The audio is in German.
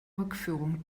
rückführung